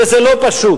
וזה לא פשוט.